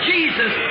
Jesus